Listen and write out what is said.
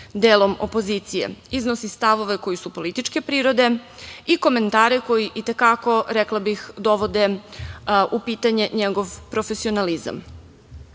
delom opozicije. Iznosi stavove koji su političke prirode i komentare koji i te kako rekla bih, dovode u pitanje njegov profesionalizam.